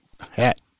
Hat